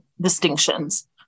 distinctions